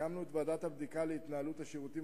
הקמנו את ועדת הבדיקה להתנהלות השירותים